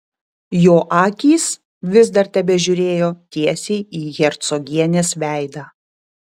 jo akys vis dar tebežiūrėjo tiesiai į hercogienės veidą